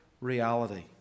reality